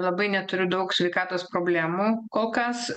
labai neturiu daug sveikatos problemų kol kas